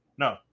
No